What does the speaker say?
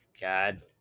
God